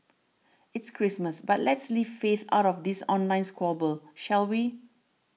it's Christmas but let's leave faith out of this online squabble shall we